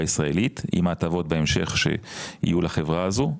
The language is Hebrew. ישראלית עם ההטבות בהמשך שיהיו לחברה הזו,